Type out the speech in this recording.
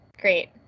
Great